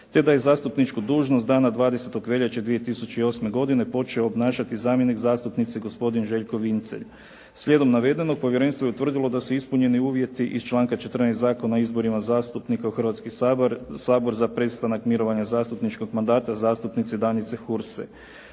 te da je zastupničku dužnost dana 20. veljače 2008. godine počeo obnašati zamjenik zastupnice gospodin Željko Vincelj. Slijedom navedenog povjerenstvo je utvrdilo da su ispunjeni uvjeti iz članka 14. Zakona o izborima zastupnika u Hrvatski sabor za prestanak mirovanja zastupničkog mandata zastupnice Danice Hurs.